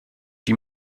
die